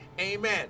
Amen